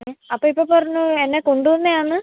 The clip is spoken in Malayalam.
ഏഹ് അപ്പോൾ ഇപ്പോൾ പറഞ്ഞു എന്നെ കൊണ്ട് വന്നതാണെന്ന്